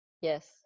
Yes